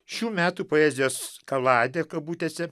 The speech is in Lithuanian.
šių metų poezijos kaladė kabutėse